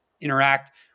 interact